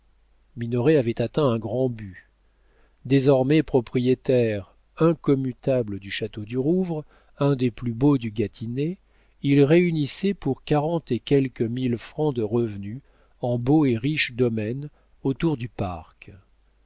minoret avait atteint un grand but désormais propriétaire incommutable du château du rouvre un des plus beaux du gâtinais il réunissait pour quarante et quelques mille francs de revenus en beaux et riches domaines autour du parc